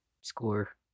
score